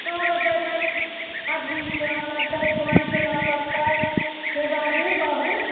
सए रुपए तऽ खाद बीज केना लागतै पानि केना पटतै से बाजू कहू